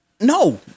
no